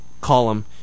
column